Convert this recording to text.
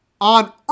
on